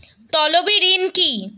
তলবি ঋণ কি?